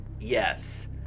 yes